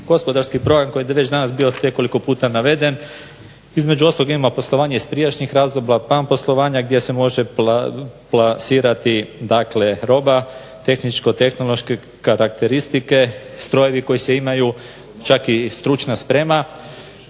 Gospodarski program koji je bi već danas nekoliko puta naveden. Između ostalog imamo poslovanje iz prijašnjih razdoblja, plan poslovanja gdje se može plasirati roba, tehničko-tehnološki karakteristike, strojevi koji se imaju, čak i stručna sprema.